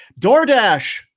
DoorDash